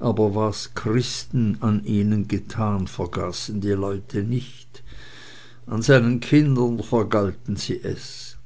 aber was christen an ihnen getan vergaßen die leute nicht an seinen kindern vergalten sie es